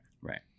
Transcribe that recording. Right